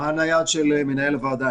מה הנייד של מנהל הוועדה?